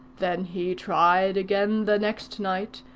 then he tried again the next night,